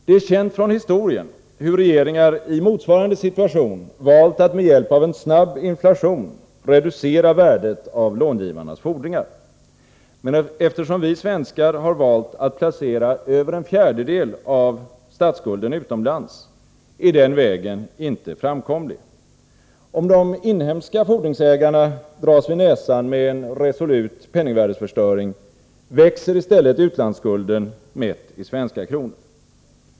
Det är känt från historien hur regeringar i motsvarande situation valt att med hjälp av en snabb inflation reducera värdet av långivarnas fordringar. Men eftersom vi svenskar har valt att placera över en fjärdedel av vår statsskuld utomlands är den vägen inte framkomlig. Om de inhemska fordringsägarna dras vid näsan med en resolut penningvärdesförstöring, växer i stället utlandskulden mätt i svenska kronor.